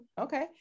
Okay